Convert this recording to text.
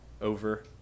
over